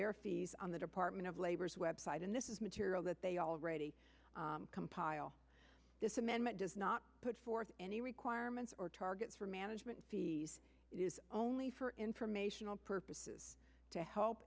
their fees on the department of labor's website and this is material that they all compile this amendment does not put forth any requirements or targets for management it is only for informational purposes to help